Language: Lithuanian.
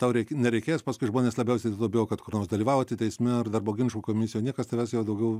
tau reik nereikės paskui žmonės labiausiai to bijo kad kur nors dalyvauti teisme ar darbo ginčų komisijoj niekas tavęs jau daugiau